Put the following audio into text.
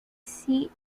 seat